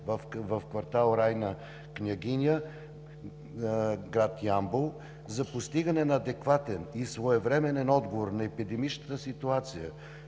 в квартал „Райна Княгиня“, град Ямбол, за постигане на адекватен и своевременен отговор на епидемичната ситуация